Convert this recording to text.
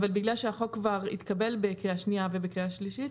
אבל בגלל שהחוק כבר התקבל בקריאה שנייה ובקריאה שלישית,